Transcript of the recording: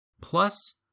plus